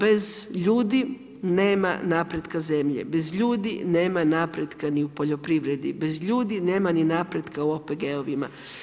Bez ljudi nema napretka zemlje, bez ljudi nema napretka ni u poljoprivredi, bez ljudi nema ni napretka u OPG-ovima.